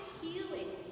healing